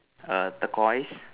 err turquoise